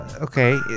Okay